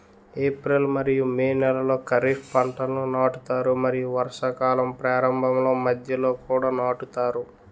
April మరియు May నెలలో ఖరీఫ్ పంటలను నాటుతారు మరియు వర్షాకాలం ప్రారంభంలో మధ్యలో కూడా నాటుతారు